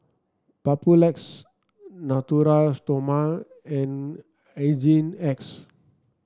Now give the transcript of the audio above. Papulex Natura Stoma and Hygin X